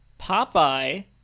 Popeye